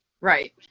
right